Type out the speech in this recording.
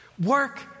Work